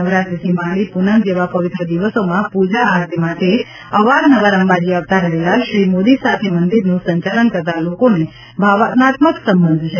નવરાત્રિથી માંડી પૂનમ જેવા પવિત્ર દિવસોમાં પ્રજા આરતી માટે અવારનવાર અંબાજી આવતા રહેલા શ્રી મોદી સાથે મંદિરનું સંચાલન કરતાં લોકોને ભાવનાત્મક સંબંધ છે